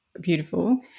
beautiful